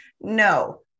No